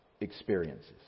experiences